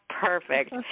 perfect